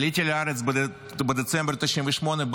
עליתי לארץ בדצמבר 1998,